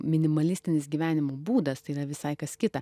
minimalistinis gyvenimo būdas tai yra visai kas kita